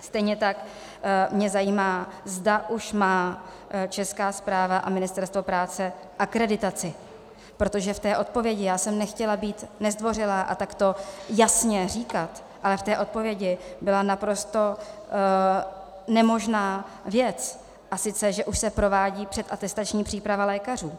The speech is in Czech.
Stejně tak mě zajímá, zda už má Česká správa a Ministerstvo práce akreditaci, protože v té odpovědi jsem nechtěla být nezdvořilá a tak to jasně říkat, ale v té odpovědi byla naprosto nemožná věc, a sice že už se provádí předatestační příprava lékařů.